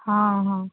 ହଁ ହଁ